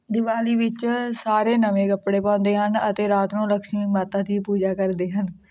ਦਿਵਾਲੀ ਵਿੱਚ ਸਾਰੇ ਨਵੇਂ ਕੱਪੜੇ ਪਾਉਂਦੇ ਹਨ ਅਤੇ ਰਾਤ ਨੂੰ ਲਕਸ਼ਮੀ ਮਾਤਾ ਦੀ ਪੂਜਾ ਕਰਦੇ ਹਨ